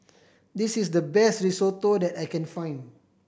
this is the best Risotto that I can find